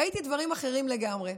ראיתי דברים אחרים לגמרי.